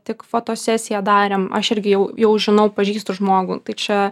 tik fotosesiją darėm aš irgi jau jau žinau pažįstu žmogų tai čia